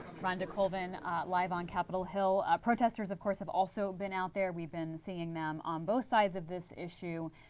rhonda copen life on capitol hill. protesters of course have also been out there. we have been seeing them on both sides of this issue.